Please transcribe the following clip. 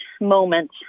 moment